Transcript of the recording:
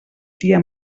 tia